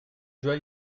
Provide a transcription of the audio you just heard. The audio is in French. dois